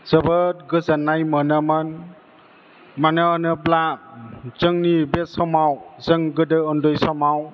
जोबोद गोजोन्नाय मोनोमोन मानो होनोब्ला जोंनि बे समाव जों गोदो उन्दै समाव